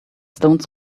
stones